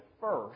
first